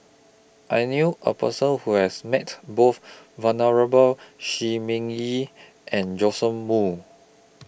I knew A Person Who has Met Both Venerable Shi Ming Yi and Joash Moo